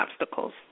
obstacles